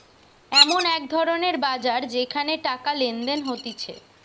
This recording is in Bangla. এমন এক ধরণের বাজার যেখানে টাকা লেনদেন হতিছে